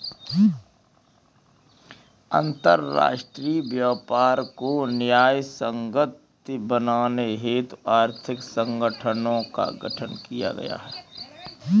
अंतरराष्ट्रीय व्यापार को न्यायसंगत बनाने हेतु आर्थिक संगठनों का गठन किया गया है